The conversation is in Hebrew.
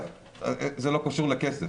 אנחנו לא מתחמקים מאחריות,